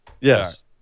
Yes